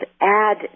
add